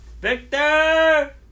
Victor